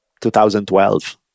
2012